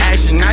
Action